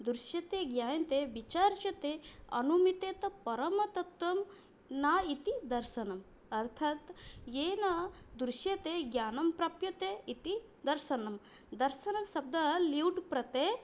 दृश्यते ज्ञायन्ते विचार्यते अनुमीयते परमतत्त्वं न इति दर्शनम् अर्थात् येन दृश्यते ज्ञानं प्राप्यते इति दर्शनं दर्शन शब्दः ल्युट् प्रत्यये